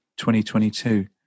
2022